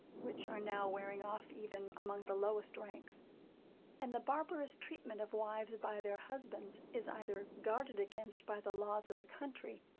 which are now wearing off even among the lowest ranks and the barbarous treatment of wives by their husbands is either guarded against by the laws of the country,